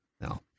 no